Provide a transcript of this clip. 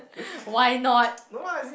no lah as in